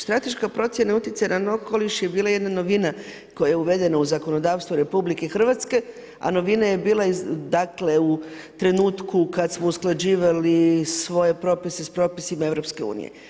Strateška procjena utjecaja na okoliš je bila jedna novina koja je uvedena u zakonodavstvo RH, a novina je bila u trenutku kada smo usklađivali svoje propisima s propisima EU.